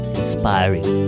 inspiring